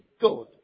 good